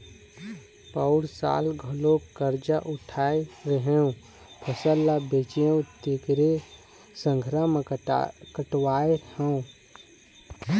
पउर साल घलोक करजा उठाय रेहेंव, फसल ल बेचेंव तेखरे संघरा म कटवाय हँव